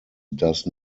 does